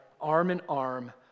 arm-in-arm